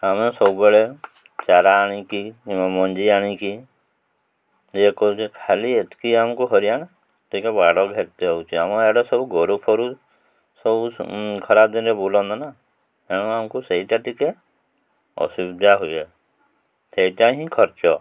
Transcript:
ଆମେ ସବୁବେଳେ ଚାରା ଆଣିକି କିମ୍ବା ମଞ୍ଜି ଆଣିକି ଇଏ କରୁଛେ ଖାଲି ଏତିକି ଆମକୁ ହରିଆଣ ଟିକେ ବାଡ଼ ଘେରତେ ହେଉଛି ଆମ ଆଡ଼େ ସବୁ ଗୋରୁ ଫୋରୁ ସବୁ ଖରାଦିନରେ ବୁଲନ୍ତୁ ନା ତେଣୁ ଆମକୁ ସେଇଟା ଟିକେ ଅସୁବିଧା ହୁଏ ସେଇଟା ହିଁ ଖର୍ଚ୍ଚ